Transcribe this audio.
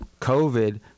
COVID